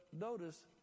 notice